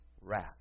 wrath